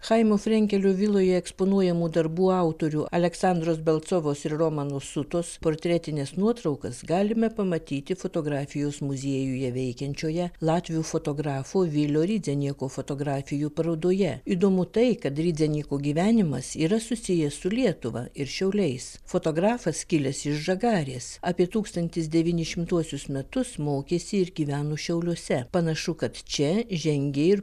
chaimo frenkelio viloje eksponuojamų darbų autorių aleksandros belcovos ir romano sutos portretines nuotraukas galime pamatyti fotografijos muziejuje veikiančioje latvių fotografų vilio ridzenieko fotografijų parodoje įdomu tai kad ridzenieko gyvenimas yra susijęs su lietuva ir šiauliais fotografas kilęs iš žagarės apie tūkstantis devynišimtuosius metus mokėsi ir gyveno šiauliuose panašu kad čia žengė ir